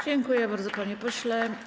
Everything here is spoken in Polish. Dziękuję bardzo, panie pośle.